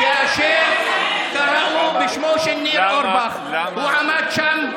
כאשר קראו בשמו של ניר אורבך הוא עמד שם,